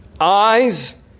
eyes